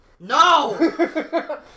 No